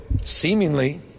seemingly